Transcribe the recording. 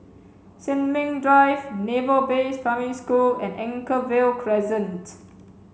Sin Ming Drive Naval Base Primary School and Anchorvale Crescent